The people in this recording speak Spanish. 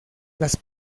las